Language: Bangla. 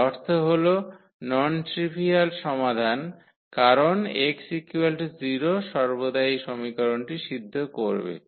এর অর্থ হল নন ট্রিভিয়াল সমাধান কারণ x0 সর্বদা এই সমীকরণটি সিদ্ধ করবে